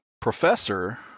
professor